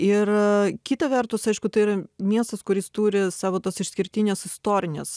ir kita vertus aišku tai yra miestas kuris turi savo tas išskirtines istorines